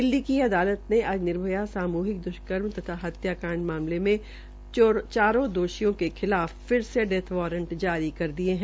दिल्ली की अदालत ने आज निर्भया सामूहिक दृष्कर्म तथा हत्याकांड मामले में चारों दोषियों के खिलाफ फिर से डेथ वारंट जारी कर दिये हैं